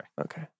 Okay